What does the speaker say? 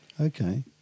Okay